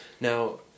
now